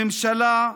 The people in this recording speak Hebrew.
הממשלה,